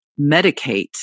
medicate